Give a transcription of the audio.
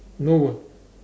no word